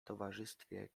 towarzystwie